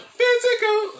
physical